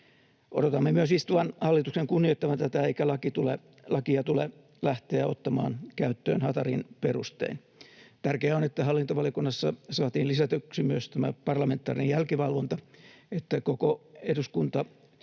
Odotamme myös istuvan hallituksen kunnioittavan tätä, eikä lakia tule lähteä ottamaan käyttöön hatarin perustein. Tärkeää on, että hallintovaliokunnassa saatiin lisätyksi myös tämä parlamentaarinen jälkivalvonta, niin että koko eduskunta